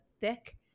thick